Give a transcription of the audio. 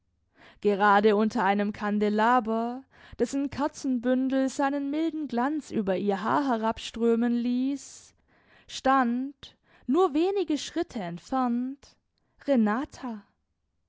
gerade unter einem kandelaber dessen kerzenbündel seinen milden glanz über ihr haar herabströmen ließ stand nur wenige schritte entfernt renata